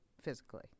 physically